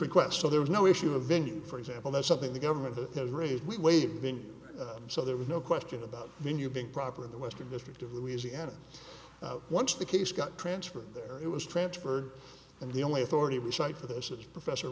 requests so there was no issue of venue for example that's something the government has raised we waving so there was no question about the new being proper in the western district of louisiana once the case got transferred there it was transferred and the only authority we cite for this is professor